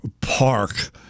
Park